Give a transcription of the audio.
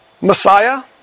Messiah